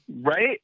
right